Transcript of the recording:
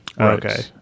Okay